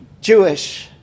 jewish